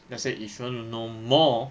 let's say if you want to know more